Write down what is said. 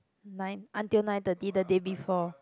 night until nine thirty the day before